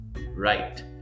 Right